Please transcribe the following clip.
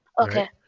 Okay